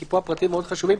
כי פה הפרטים מאוד חשובים: